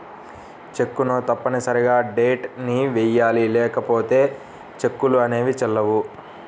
చెక్కును తప్పనిసరిగా డేట్ ని వెయ్యాలి లేకపోతే చెక్కులు అనేవి చెల్లవు